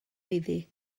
iddi